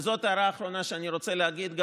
וזאת הערה אחרונה שאני רוצה להגיד,